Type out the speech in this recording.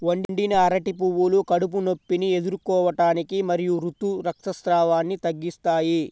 వండిన అరటి పువ్వులు కడుపు నొప్పిని ఎదుర్కోవటానికి మరియు ఋతు రక్తస్రావాన్ని తగ్గిస్తాయి